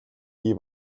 бий